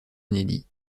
inédits